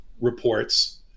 reports